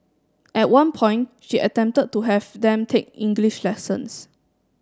at one point she attempted to have them take English lessons